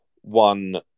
one